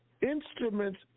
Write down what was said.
instruments